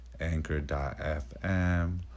anchor.fm